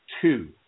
two